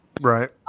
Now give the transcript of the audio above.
Right